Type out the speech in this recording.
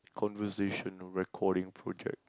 conversational recording project